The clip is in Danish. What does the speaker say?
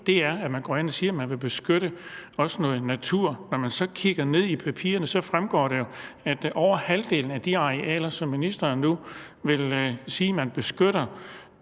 her, er, at man går ind og siger, at man også vil beskytte noget natur. For når vi så kigger ned i papirerne og opgørelserne, fremgår det jo, at over halvdelen af de arealer, som ministeren nu vil sige at man beskytter,